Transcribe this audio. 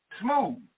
smooth